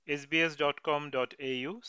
sbs.com.au